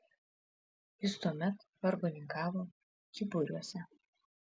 jis tuomet vargoninkavo kyburiuose